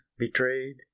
Betrayed